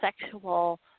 sexual